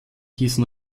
hießen